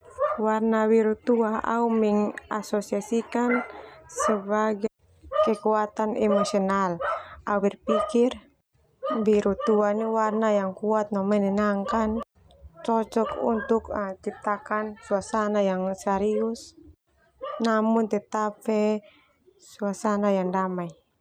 Warna biru tua au mengasosiasikan sebagai emosional. Au berpikir biru tua ndia warna yang kuat no menenangkan. Cocok untuk ciptakan suasana yang serius namun tetap fe suasana yang damai.